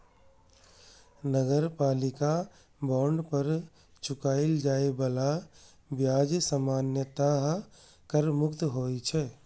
नगरपालिका बांड पर चुकाएल जाए बला ब्याज सामान्यतः कर मुक्त होइ छै